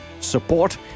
Support